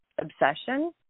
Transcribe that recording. obsession